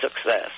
success